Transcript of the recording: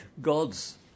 God's